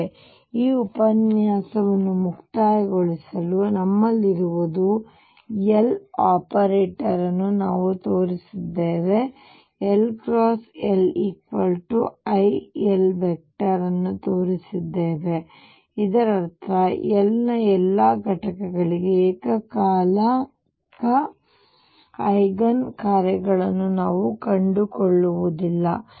ಆದ್ದರಿಂದ ಈ ಉಪನ್ಯಾಸವನ್ನು ಮುಕ್ತಾಯಗೊಳಿಸಲು ನಮ್ಮಲ್ಲಿರುವುದು L L ಆಪರೇಟರ್ ಅನ್ನು ನಾವು ತೋರಿಸಿದ್ದೇವೆ ನಾವು LLiL ಅನ್ನು ತೋರಿಸಿದ್ದೇವೆ ಮತ್ತು ಇದರರ್ಥ L ನ ಎಲ್ಲಾ ಘಟಕಗಳಿಗೆ ಏಕಕಾಲಿಕ ಐಗನ್ ಕಾರ್ಯಗಳನ್ನು ನಾನು ಕಂಡುಕೊಳ್ಳುವುದಿಲ್ಲ